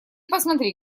посмотри